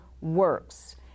works